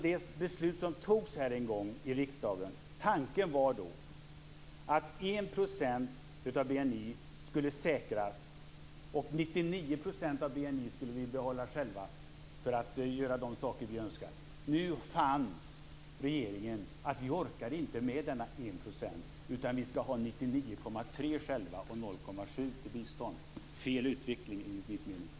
När beslutet en gång fattades här i riksdagen var tanken att 1 % av BNI skulle säkras, medan vi själva skulle behålla 99 % av BNI för att göra det vi önskar. Nu fann regeringen att vi inte orkade med denna enda procent, utan vi skall ha 99,3 % själva och 0,7 % skall gå till bistånd. Det är en felaktig utveckling, enligt min mening.